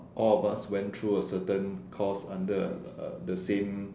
all of us went through a certain course under uh uh the same